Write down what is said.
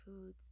foods